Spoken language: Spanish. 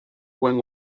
buen